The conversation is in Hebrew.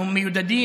אנחנו מיודדים,